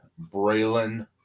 Braylon